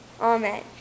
Amen